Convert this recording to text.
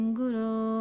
guru